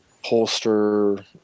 Holster